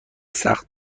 سخت